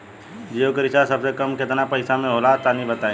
जियो के रिचार्ज सबसे कम केतना पईसा म होला तनि बताई?